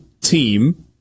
team